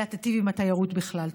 אלא תיטיב עם התיירות בכלל.